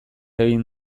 egin